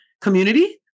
community